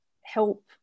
help